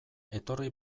etorri